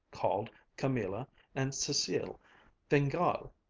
called camilla and cecile fingal.